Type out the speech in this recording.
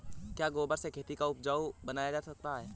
क्या गोबर से खेती को उपजाउ बनाया जा सकता है?